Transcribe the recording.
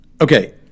Okay